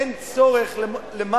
אין צורך בבלו,